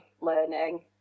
learning